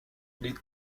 les